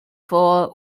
four